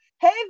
Hey